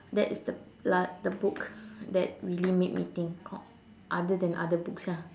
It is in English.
that is the la~ the book that really made me think co~ other than other books ya